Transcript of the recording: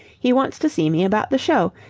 he wants to see me about the show.